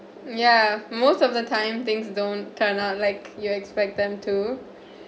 ya most of the time things don't turn out like you expect them to